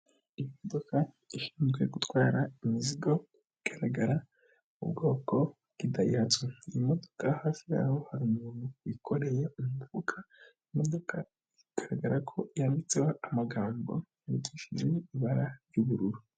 Iyi modoka ishinzwe gutwara imizigo, igaragara mu ubwoko bwa dayihatsu iyi modoka hafi yayo hari umuntu wikoreye umufuka, imodoka igaragara ko yanditseho amagambo yandikishije ni ibara ry'ubururu.